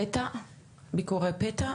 ביקורת פתע?